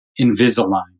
Invisalign